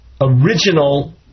original